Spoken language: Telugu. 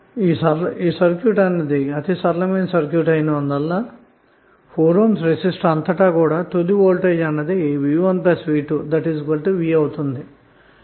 ఇది సరళమైన సర్క్యూట్ కావటం వలన 4 ohm రెసిస్టర్ అంతటా తుది వోల్టేజ్ అన్నది v1v2v అవుతుంది